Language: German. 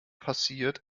passiert